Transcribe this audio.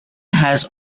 has